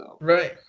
Right